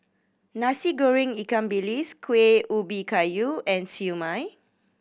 Nasi Goreng ikan bilis Kueh Ubi Kayu and Siew Mai